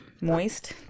moist